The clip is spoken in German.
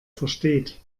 versteht